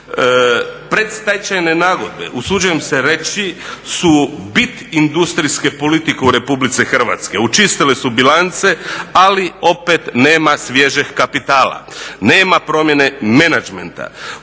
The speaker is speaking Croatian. Predstečajne nagodbe, usuđujem se reći su bit industrijske politike u RH. Očistile su bilance, ali opet nema svježeg kapitala, nema promjene menadžmenta.